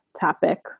topic